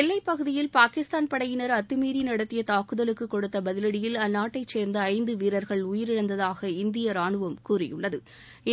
எல்லைப் பகுதியில் பாகிஸ்தான் படையினர் அத்தமீறி நடத்திய தாக்குதலுக்கு கொடுத்த பதிவடியில் அந்நாட்டைச் சேர்ந்த ஐந்து வீரர்கள் உயிரிழந்ததாக இந்திய ராணுவம் கூறியுள்ளது